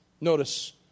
Notice